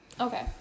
okay